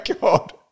God